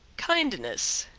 kindness,